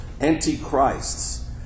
antichrists